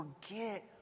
forget